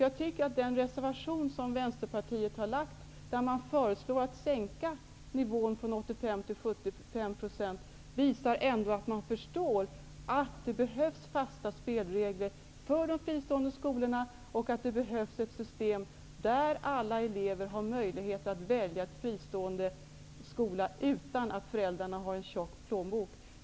Jag tycker att den reservation som vänsterpartiet har avgett, där man föreslår att sänka nivån från 85 % till 75 %, ändå visar att man förstår att det behövs fasta spelregler för de fristående skolorna och ett system där alla elever har möjligheter att välja en fristående skola utan att föräldrarna har en tjock plånbok.